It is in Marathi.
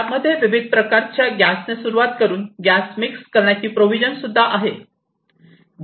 लॅब मध्ये विविध विविध प्रकारच्या गॅसने सुरुवात करून गॅस मिक्स करण्याची प्रोव्हिजन सुद्धा आहे